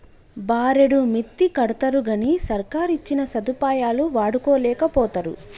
బారెడు మిత్తికడ్తరుగని సర్కారిచ్చిన సదుపాయాలు వాడుకోలేకపోతరు